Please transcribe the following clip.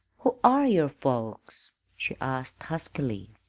who are your folks she asked huskily.